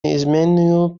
неизменную